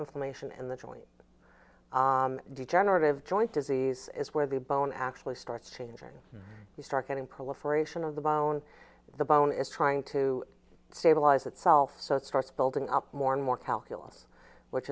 inflammation in the joint degenerative joint disease is where the bone actually starts changing you start getting proliferation of the bone the bone is trying to stabilize itself so it starts building up more and more calculus which